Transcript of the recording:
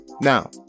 Now